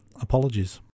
apologies